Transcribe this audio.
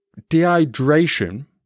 dehydration